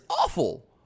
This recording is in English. awful